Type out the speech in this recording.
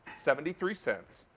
seventy three cents.